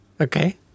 Okay